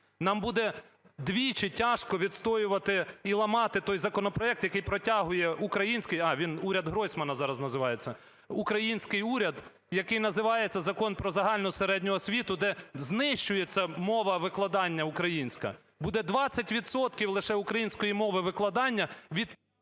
Нам буде вдвічі тяжко відстоювати і ламати той законопроект, який протягує український – а? – він "уряд Гройсмана" зараз називається – український уряд, який називається Закон "Про загальну середню освіту", де знищується мова викладання українська. Буде 20 відсотків лише української мови викладання від…